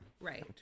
Right